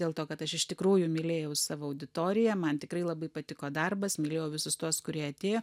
dėl to kad aš iš tikrųjų mylėjau savo auditoriją man tikrai labai patiko darbas mylėjau visus tuos kurie atėjo